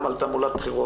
גם על תעמולת בחירות,